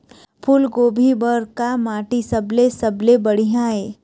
फूलगोभी बर का माटी सबले सबले बढ़िया ये?